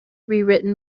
rewritten